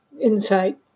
insight